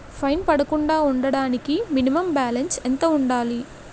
Fine పడకుండా ఉండటానికి minimum balance ఎంత ఉండాలి?